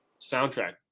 soundtrack